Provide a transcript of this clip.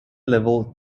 level